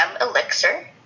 elixir